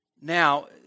Now